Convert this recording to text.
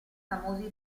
famosi